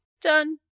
done